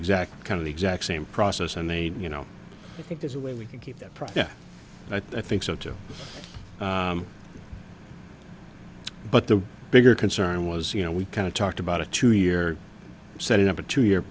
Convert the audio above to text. exact kind of the exact same process and they you know i think there's a way we can keep that process i think so too but the bigger concern was you know we kind of talked about a two year setting up a two year